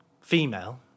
female